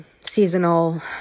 seasonal